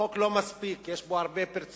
החוק לא מספיק, יש בו הרבה פרצות.